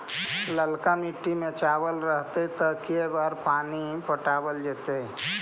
ललका मिट्टी में चावल रहतै त के बार पानी पटावल जेतै?